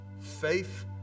faith